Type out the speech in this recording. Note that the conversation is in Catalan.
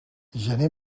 gener